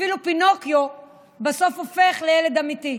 אפילו פינוקיו בסוף הופך לילד אמיתי.